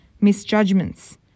misjudgments